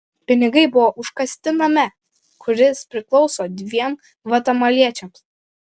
pinigai buvo užkasti name kuris priklauso dviem gvatemaliečiams